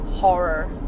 horror